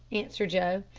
answered joe.